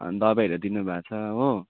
दवाईहरू दिनु भएको छ हो